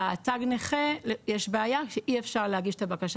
בתו נכה יש בעיה שאי אפשר להגיש את הבקשה